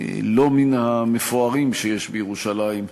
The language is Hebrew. לא מן המפוארים שיש בירושלים,